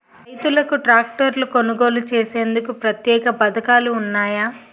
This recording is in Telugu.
రైతులకు ట్రాక్టర్లు కొనుగోలు చేసేందుకు ప్రత్యేక పథకాలు ఉన్నాయా?